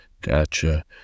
Gotcha